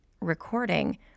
recording